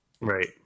Right